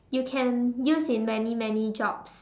you can use in many many jobs